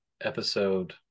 episode